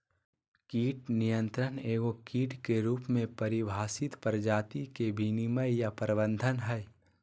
कीट नियंत्रण एगो कीट के रूप में परिभाषित प्रजाति के विनियमन या प्रबंधन हइ